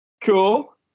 Cool